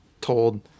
told